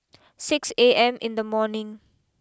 six A M in the morning